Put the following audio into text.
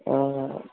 ആ